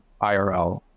IRL